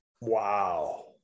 Wow